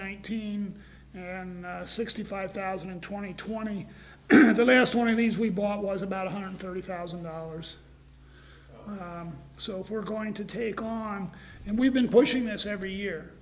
nineteen sixty five thousand and twenty twenty the last one of these we bought was about one hundred thirty thousand dollars so we're going to take on and we've been pushing this every year